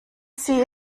sie